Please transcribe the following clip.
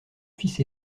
fils